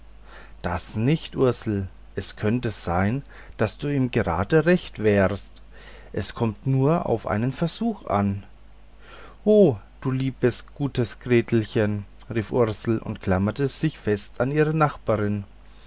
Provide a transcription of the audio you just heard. das nicht ursel es könnte sein daß du ihm gerade recht wärest es kommt nur auf einen versuch an o du liebes gutes gretelchen rief ursel und klammerte sich fest an ihre nachbarin